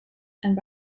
and